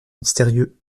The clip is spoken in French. mystérieux